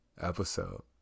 episode